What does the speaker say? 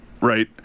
Right